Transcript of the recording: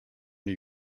new